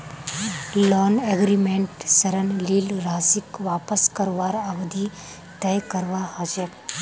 loan एग्रीमेंटत ऋण लील राशीक वापस करवार अवधि तय करवा ह छेक